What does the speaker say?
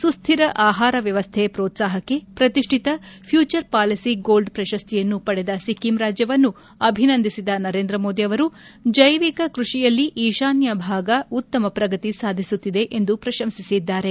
ಸುಸ್ತಿರ ಆಹಾರ ವ್ಯವಸ್ಥೆ ಪ್ರೋತ್ಸಾಹಕ್ಕೆ ಪ್ರತಿಷ್ಠಿತ ಫ್ಲೂಚರ್ ಪಾಲಿಸಿ ಗೋಲ್ಡ್ ಪ್ರಶಸ್ತಿಯನ್ನು ಪಡೆದ ಸಿಕ್ಕಿಂ ರಾಜ್ಯವನ್ನು ಅಭಿನಂದಿಸಿದ ನರೇಂದ್ರ ಮೋದಿ ಅವರು ಜೈವಿಕ ಕೃಷಿಯಲ್ಲಿ ಈಶಾನ್ಯ ಭಾಗ ಉತ್ತಮ ಪ್ರಗತಿ ಸಾಧಿಸುತ್ತಿದೆ ಎಂದು ಪ್ರಶಂಸಿಸಿದ್ದಾರೆ